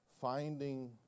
Finding